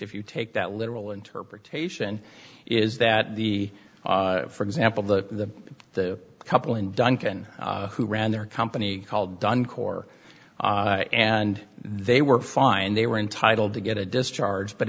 if you take that literal interpretation is that the for example the the couple in duncan who ran their company called done corps and they were fine they were entitled to get a discharge but